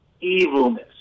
evilness